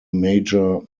major